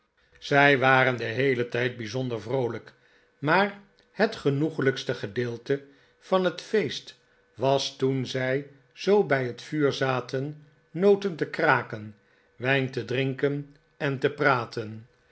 zij waren den heelen tijd bijzonder vroolijk maar het genoeglijkste gedeelte van het feest was toen zij zoo bij het vuur za ten noten te kraken wijn te drinken en te maarten chuzzlewit praten